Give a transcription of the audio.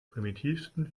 primitivsten